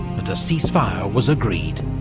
and a ceasefire was agreed.